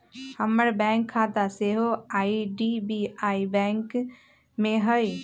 हमर बैंक खता सेहो आई.डी.बी.आई बैंक में हइ